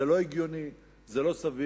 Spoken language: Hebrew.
זה לא הגיוני, זה לא סביר.